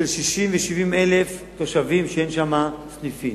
של 60,000 ו-70,000 תושבים שאין שם סניפים.